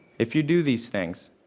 if you do these things,